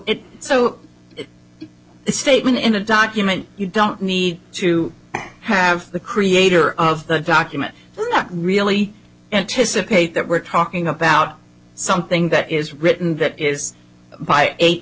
the statement in a document you don't need to have the creator of the document really anticipate that we're talking about something that is written that is by eight